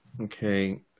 Okay